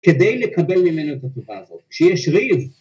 ‫כדי לקבל ממנו את התופעה הזאת. ‫כשיש ריב...